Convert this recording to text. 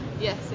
Yes